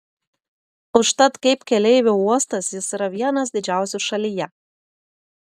užtat kaip keleivių uostas jis yra vienas didžiausių šalyje